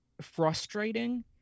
frustrating